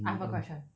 I have a question